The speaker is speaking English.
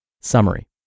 Summary